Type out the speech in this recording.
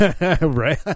right